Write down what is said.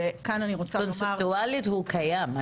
קונספטואלית והוא קיים.